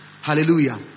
Hallelujah